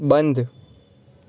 બંધ